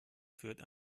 führt